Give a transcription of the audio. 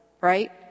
right